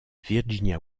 virginia